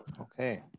Okay